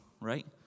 right